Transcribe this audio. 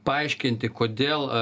paaiškinti kodėl